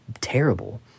terrible